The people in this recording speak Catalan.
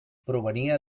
provenia